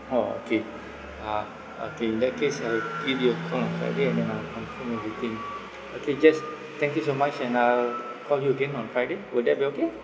orh okay ah okay in that case I'll give you a call on friday and then I'll confirm everything okay jess thank you so much and I'll call you again on friday will that be okay